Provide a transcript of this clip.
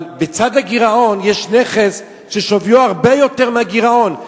אבל בצד הגירעון יש נכס ששוויו הרבה יותר מהגירעון,